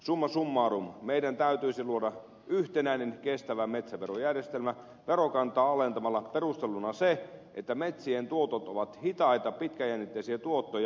summa summarum meidän täytyisi luoda yhtenäinen kestävä metsäverojärjestelmä verokantaa alentamalla perusteluna se että metsien tuotot ovat hitaita pitkäjännitteisiä tuottoja